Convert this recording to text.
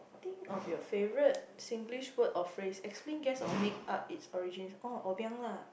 think of your favorite Singlish word or phrase explain guess or make up its origins orh obiang lah